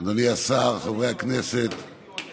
אדוני השר, חברי הכנסת